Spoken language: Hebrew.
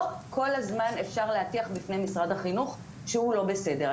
לא כל הזמן אפשר להטיח בפני משרד החינוך שהוא לא בסדר.